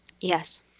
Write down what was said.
Yes